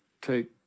take